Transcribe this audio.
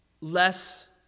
less